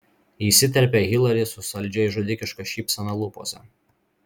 įsiterpia hilari su saldžiai žudikiška šypsena lūpose